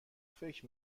فکر